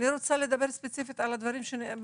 אני רוצה לדבר ספציפית על הדברים שנאמרו.